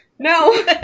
No